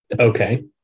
Okay